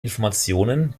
informationen